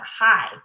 high